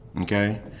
Okay